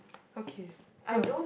okay hmm